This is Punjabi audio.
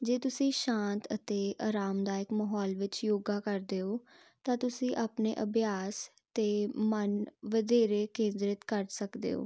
ਜੇ ਤੁਸੀਂ ਸ਼ਾਂਤ ਅਤੇ ਆਰਾਮਦਾਇਕ ਮਾਹੌਲ ਵਿੱਚ ਯੋਗਾ ਕਰਦੇ ਹੋ ਤਾਂ ਤੁਸੀਂ ਆਪਣੇ ਅਭਿਆਸ ਅਤੇ ਮਨ ਵਧੇਰੇ ਕੇਂਦਰਿਤ ਕਰ ਸਕਦੇ ਹੋ